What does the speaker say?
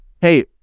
hey